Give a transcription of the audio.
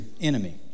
enemy